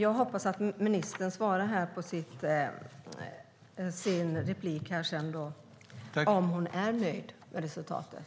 Jag hoppas att ministern svarar i nästa inlägg på frågan om hon är nöjd med resultatet.